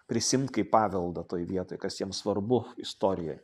prisiimt kaip paveldą toj vietoj kas jiems svarbu istorijoj